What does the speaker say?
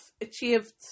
achieved